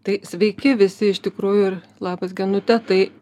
tai sveiki visi iš tikrųjų ir labas genute tai